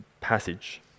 passage